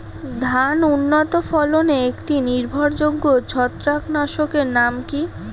ধান উন্নত ফলনে একটি নির্ভরযোগ্য ছত্রাকনাশক এর নাম কি?